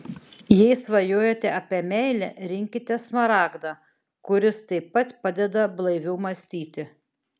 jei svajojate apie meilę rinkitės smaragdą kuris taip pat padeda blaiviau mąstyti